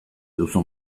duzu